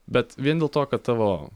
bet vien dėl to kad tavo